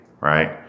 right